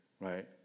right